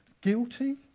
guilty